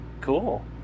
Cool